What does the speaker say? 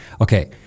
okay